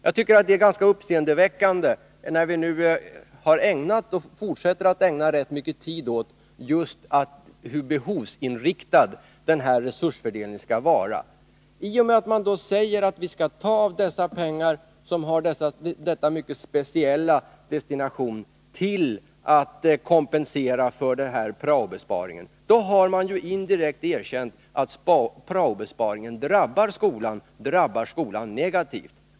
Jag tycker att det är ganska uppseendeväckande när vi nu ägnat och fortsätter att ägna rätt mycken tid åt att diskutera hur behovsinriktad den här resursfördelningen skall vara. I och med att man säger att vi skall ta dessa pengar, som har denna mycket speciella destination, till att kompensera denna prao-besparing, har man indirekt erkänt att prao-besparingen drabbar skolan negativt.